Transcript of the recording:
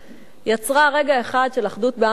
יצרה רגע אחד של אחדות בעם ישראל.